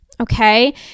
Okay